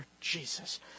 Jesus